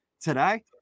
today